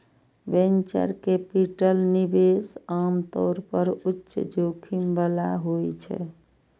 venture capital निवेश आम तौर पर उच्च जोखिम बला होइ छै